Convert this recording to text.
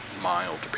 mild